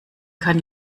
kann